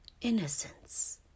innocence